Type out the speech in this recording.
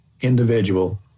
individual